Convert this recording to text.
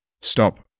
Stop